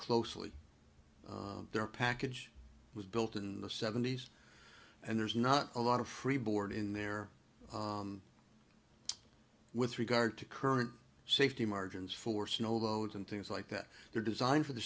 closely their package was built in the seventy's and there's not a lot of free board in there with regard to current safety margins for snow loads and things like that they're designed for the